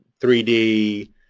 3D